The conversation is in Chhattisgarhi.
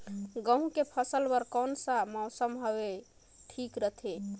गहूं के फसल बर कौन सा मौसम हवे ठीक रथे?